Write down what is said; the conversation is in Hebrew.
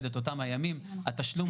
איתך בשביל הנשים --- מתווה --- את זוכר.